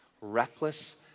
reckless